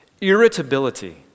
irritability